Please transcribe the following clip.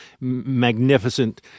magnificent